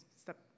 step